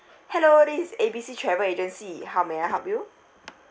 hello this is A B C travel agency how may I help you